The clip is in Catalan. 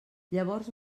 llavors